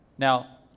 Now